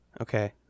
Okay